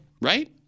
right